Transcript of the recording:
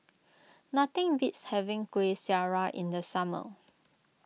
nothing beats having Kueh Syara in the summer